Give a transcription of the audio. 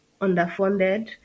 underfunded